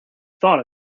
thought